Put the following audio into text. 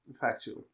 Factual